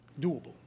doable